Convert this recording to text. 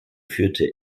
führte